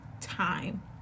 time